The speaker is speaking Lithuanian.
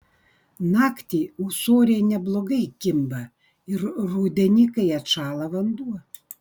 naktį ūsoriai neblogai kimba ir rudenį kai atšąla vanduo